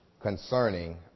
concerning